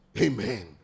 Amen